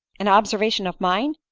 an observation of mine!